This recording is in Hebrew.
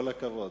כל הכבוד.